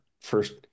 first